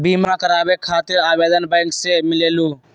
बिमा कराबे खातीर आवेदन बैंक से मिलेलु?